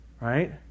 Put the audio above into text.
right